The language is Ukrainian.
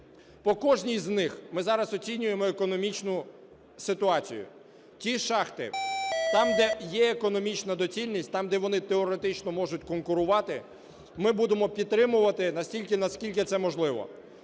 По кожній з них ми зараз оцінюємо економічну ситуацію. Ті шахти - там, де є економічна доцільність, там, де вони теоретично можуть конкурувати, – ми будемо підтримувати настільки, наскільки це можливо.